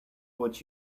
what